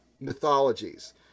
mythologies